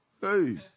Hey